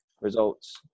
results